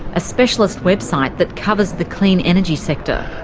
a specialist website that covers the clean energy sector.